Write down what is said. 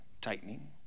tightening